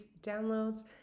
downloads